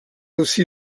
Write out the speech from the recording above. aussi